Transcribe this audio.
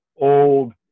old